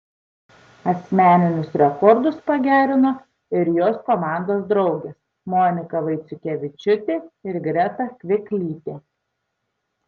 asmeninius rekordus pagerino ir jos komandos draugės monika vaiciukevičiūtė ir greta kviklytė